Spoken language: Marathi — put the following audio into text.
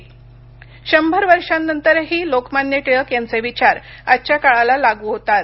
टिळक शंभर वर्षांनंतरही लोकमान्य टिळक यांचे विचार आजच्या काळाला लागू होतात